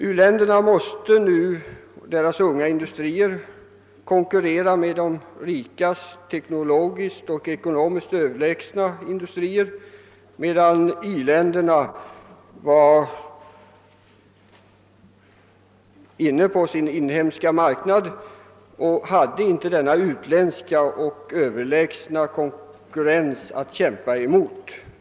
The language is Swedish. U-ländernas unga industrier måste nu konkurrera med de rika ländernas teknologiskt och ekonomiskt överlägsna industrier, medan i-länderna bara hade att göra med sin inhemska marknad och inte hade utländsk överlägsen konkurrens att kämpa emot.